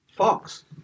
Fox